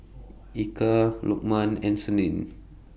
Eka Lukman and Senin